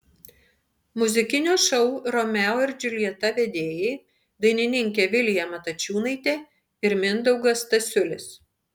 muzikinio šou romeo ir džiuljeta vedėjai dainininkė vilija matačiūnaitė ir mindaugas stasiulis